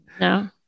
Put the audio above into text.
No